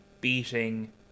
beating